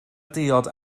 diod